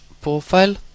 profile